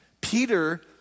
Peter